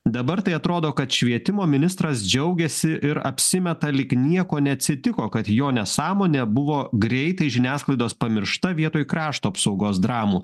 dabar tai atrodo kad švietimo ministras džiaugiasi ir apsimeta lyg nieko neatsitiko kad jo nesąmonė buvo greitai žiniasklaidos pamiršta vietoj krašto apsaugos dramų